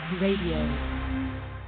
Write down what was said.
Radio